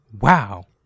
Wow